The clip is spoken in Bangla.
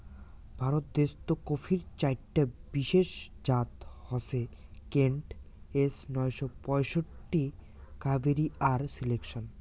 ভারত দেশ্ত কফির চাইরটা বিশেষ জাত হসে কেন্ট, এস নয়শো পঁয়ষট্টি, কাভেরি আর সিলেকশন